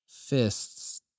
Fists